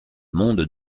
monde